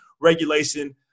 regulation